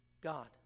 God